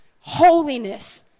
holiness